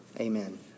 Amen